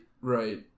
Right